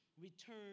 return